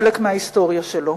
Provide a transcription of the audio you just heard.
חלק מההיסטוריה שלו.